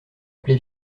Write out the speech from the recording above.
appelé